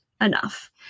enough